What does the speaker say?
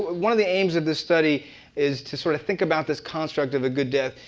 one of the aims of this study is to sort of think about this construct of a good death.